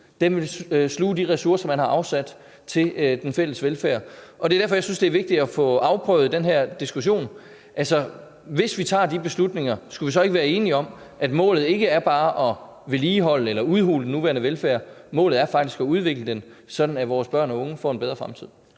vil sluge de ressourcer, man har afsat til den fælles velfærd. Det er derfor, jeg synes, det er vigtigt at få afprøvet den her diskussion. Altså, hvis vi tager de beslutninger, skulle vi så ikke være enige om, at målet ikke er bare at vedligeholde eller udhule den nuværende velfærd, men at målet faktisk er at udvikle den, sådan at vores børn og unge får en bedre fremtid?